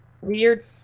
Weird